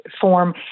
form